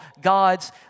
God's